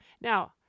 now